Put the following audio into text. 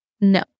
No